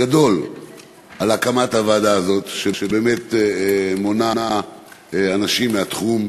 גדול על הקמת הוועדה הזאת שמונה אנשים מהתחום.